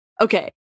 Okay